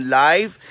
live